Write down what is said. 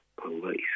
Police